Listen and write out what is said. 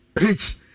rich